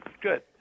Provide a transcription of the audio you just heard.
Good